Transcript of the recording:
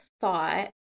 thought